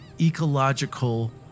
ecological